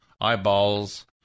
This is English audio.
eyeballs